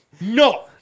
No